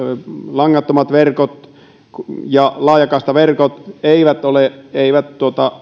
langattomat verkot ja laajakaistaverkot eivät